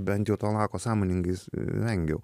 bent jau to lako sąmoningais vengiau